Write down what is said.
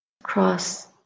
cross